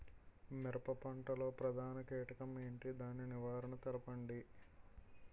మిరప పంట లో ప్రధాన కీటకం ఏంటి? దాని నివారణ తెలపండి?